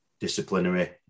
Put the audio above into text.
disciplinary